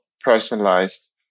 personalized